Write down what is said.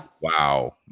wow